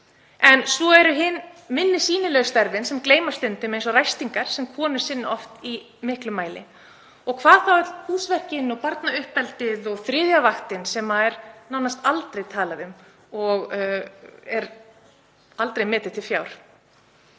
En svo eru hin minna sýnilegu störfin sem gleymast stundum eins og ræstingar, sem konur sinna oft í miklum mæli, og hvað þá öll húsverkin og barnauppeldið og þriðja vaktin sem er nánast aldrei talað um og aldrei metið til fjár.